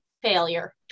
failure